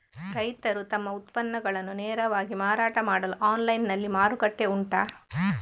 ರೈತರು ತಮ್ಮ ಉತ್ಪನ್ನಗಳನ್ನು ನೇರವಾಗಿ ಮಾರಾಟ ಮಾಡಲು ಆನ್ಲೈನ್ ನಲ್ಲಿ ಮಾರುಕಟ್ಟೆ ಉಂಟಾ?